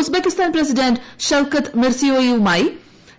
Uzbekistan president Shavkat മിർസിയോയേവുമായി